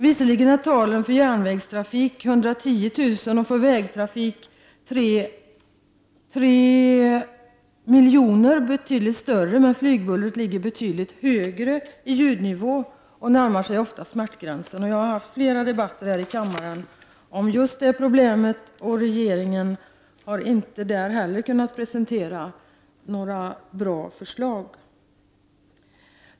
Visserligen är talen för järnvägstrafik: 110 000, och vägtrafik, 3 000 000, betydligt större, men flygbullret har en avsevärt högre ljudnivå och närmar sig ofta smärtgränsen. Jag har fört flera debatter här i kammaren om just detta problem. Inte heller där har regeringen kunnat presentera några bra förslag.